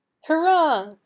hurrah